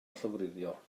llofruddio